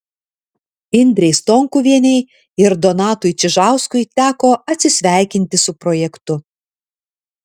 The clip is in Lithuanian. indrei stonkuvienei ir donatui čižauskui teko atsisveikinti su projektu